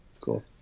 Cool